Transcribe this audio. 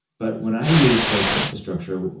but when i use social infrastructure,